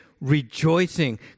rejoicing